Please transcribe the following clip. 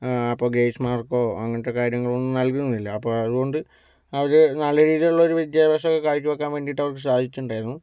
അപ്പോൾ ഗ്രസ്സ് മാർക്കോ അങ്ങനത്തെ കാര്യങ്ങളൊന്നും നൽകുന്നില്ല അപ്പം അതുകൊണ്ട് അവര് നല്ല രീതിലൊള്ളൊരു വിദ്യാഭ്യാശമൊക്കെ കാഴ്ച്ച വക്കാൻ വേണ്ടീട്ടവർക്ക് സാധിച്ചിട്ടുണ്ടായിരുന്നു